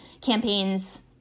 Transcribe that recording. campaigns